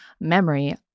memory